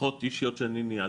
שיחות אישיות שאני ניהלתי,